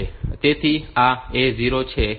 તેથી આ A0 છે